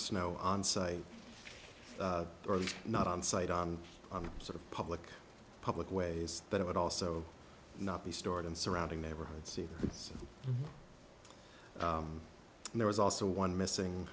snow on site or not on site on i'm sort of public public ways that it would also not be stored in surrounding neighborhood see if there was also one missing